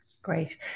Great